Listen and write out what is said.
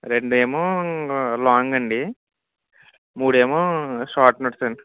రెండేమో long అండి మూడు ఏమో షార్ట్ నోట్స్ అండి